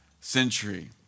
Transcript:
century